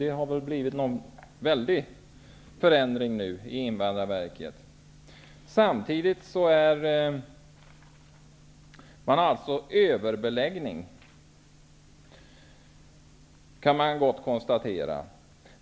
Det verkar som att det nu har skett en stor förändring inom Invandrarverket. Det är alltså fråga om en överbeläggning. Det kan man gott konstatera.